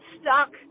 stuck